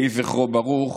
יהי זכרו ברוך,